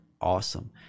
awesome